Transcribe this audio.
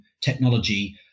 technology